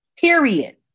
period